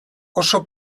oso